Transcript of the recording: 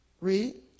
Read